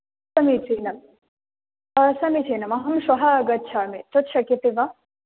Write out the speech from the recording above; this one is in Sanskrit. समीचीनम् समीचीनम् अहं श्वः आगच्छामि तत् शक्यते वा